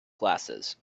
glasses